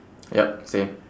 yup same